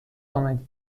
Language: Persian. آمدی